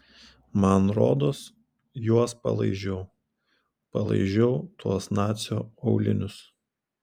man rodos juos palaižiau palaižiau tuos nacio aulinius